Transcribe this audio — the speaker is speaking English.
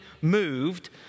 moved